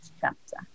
chapter